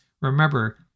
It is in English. Remember